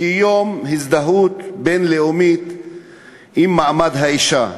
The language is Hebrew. כיום הזדהות בין-לאומי עם מעמד האישה,